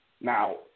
Now